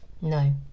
No